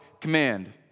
command